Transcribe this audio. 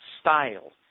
style